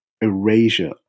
erasure